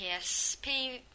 PSP